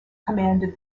commanded